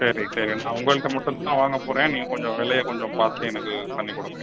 சரி சரி நான் உங்ககிட்ட மட்டும் தான் வாங்கப்போகிறேன் நீங்கள் கொஞ்சம் விலையை கொஞ்சம் பார்த்து எனக்கு பண்ணிக் கொடுங்க